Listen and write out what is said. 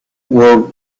were